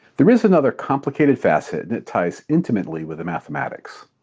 there is another complicated facet and it ties intimately with the mathematics.